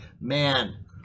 man